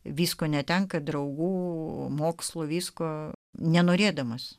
visko netenka draugų mokslo visko nenorėdamas